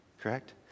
correct